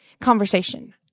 conversation